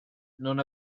non